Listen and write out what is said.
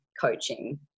coaching